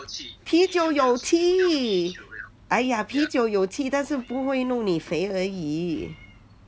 啤酒有气 !aiya! 啤酒有气但是不会弄你肥而已